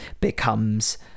becomes